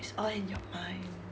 it's all in your mind